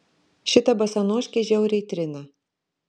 šita basanoškė žiauriai trina